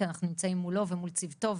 כי אנחנו נמצאים מולו ומול צוותו,